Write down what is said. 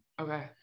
Okay